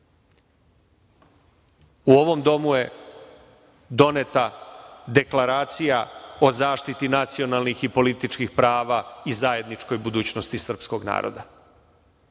ovom domu je doneta Deklaracija o zaštiti nacionalnih i političkih prava i zajedničkoj budućnosti srpskog naroda,